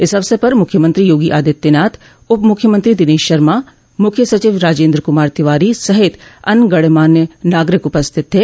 इस अवसर पर मुख्यमंत्री योगी आदित्यनाथ उप मुख्यमंत्री दिनेश शर्मा मुख्य सचिव राजेन्द्र कुमार तिवारी सहित अन्य गणमान्य नागरिक उपस्थित थे